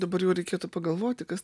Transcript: dabar jau reikėtų pagalvoti kas